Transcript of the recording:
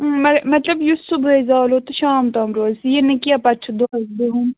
مطلب یُس صُبحٲے زالو تہٕ شام تام روزِ یہِ نہٕ کیٚنٛہہ پَتہٕ چھُ دۄہَس بِہُن